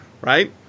right